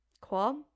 Cool